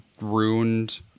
ruined